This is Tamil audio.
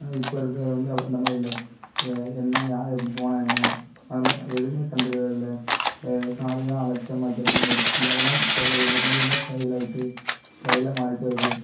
ஆனால் இப்போ இருக்கிறது வந்து அ அந்த மாதிரி இல்லை ஏ என்ன யார் எப்படி போனால் என்ன அது மாதிரி அது எதுவுமே கண்டுக்கிறது இல்லை தாலி எல்லாம் அலட்சியம் ஆக்கிறாங்க மெட்டி அதெலாம் போட்றதில்லை இப்போ வந்து எல்லாம் ஸ்டைலாக ஆயிட்டு ஸ்டைலாக மாறிகிட்டு வருது